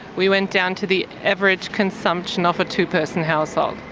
we went down to the average consumption of a two-person household.